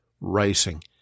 rising